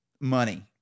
money